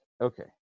Okay